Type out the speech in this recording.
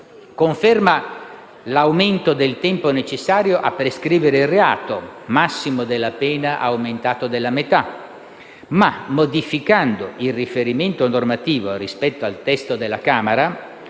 conferma l'aumento del tempo necessario a prescrivere il reato (massimo della pena aumentato della metà), ma, modificando il riferimento normativo rispetto al testo della Camera,